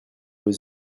aux